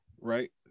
right